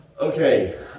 okay